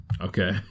Okay